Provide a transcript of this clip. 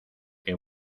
que